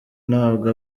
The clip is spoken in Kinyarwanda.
ntabwo